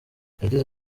yagize